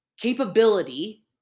Capability